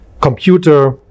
computer